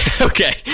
okay